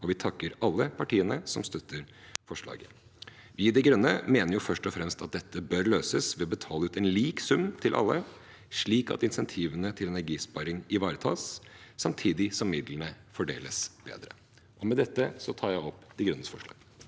Vi takker alle partiene som støtter forslaget. Vi i Miljøpartiet De Grønne mener først og fremst at dette bør løses ved å betale ut en lik sum til alle, slik at insentivene til energisparing ivaretas, samtidig som midlene fordeles bedre. Med dette tar jeg opp Miljøpartiet De Grønnes forslag.